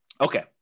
Okay